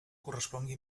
correspongui